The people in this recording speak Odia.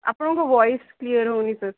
ଆପଣଙ୍କ ଭଏସ୍ କ୍ଳିଅର୍ ହେଉନି ସାର୍